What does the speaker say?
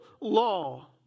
law